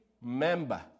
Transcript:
member